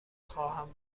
خواهم